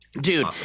dude